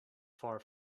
far